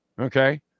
Okay